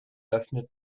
öffnet